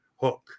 hook